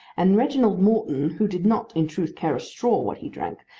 and reginald morton, who did not in truth care a straw what he drank,